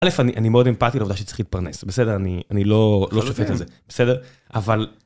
א' אני מאוד אמפטי לעבודה שצריך להתפרנס, בסדר, אני לא שופט על זה, בסדר, אבל...